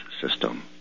system